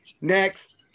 Next